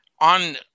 on